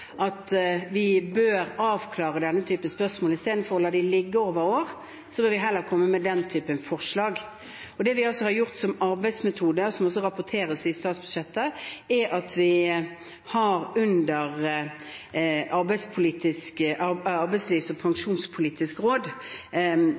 at vi bør avklare denne typen spørsmål. Istedenfor å la dem ligge over år vil vi heller komme med den typen forslag. Det vi har gjort, som arbeidsmetode, noe som også rapporteres i statsbudsjettet, er at vi under Arbeidslivs- og pensjonspolitisk råd har